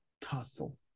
tussle